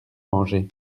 mangé